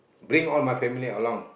bring all my family along